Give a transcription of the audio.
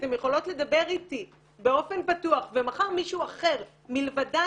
אתן יכולות לדבר איתי באופן פתוח ומחר מישהו אחר מלבדן